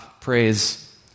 praise